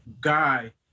guy